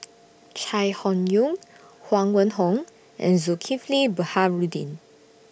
Chai Hon Yoong Huang Wenhong and Zulkifli Baharudin